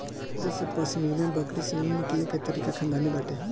हाथे से पश्मीना बकरी से ऊन निकले के तरीका खानदानी बाटे